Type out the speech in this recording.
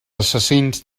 assassins